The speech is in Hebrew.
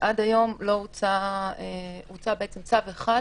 ועד היום הוצא בעצם צו אחד